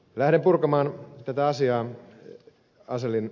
lähden purkamaan tätä asiaa ed